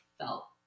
felt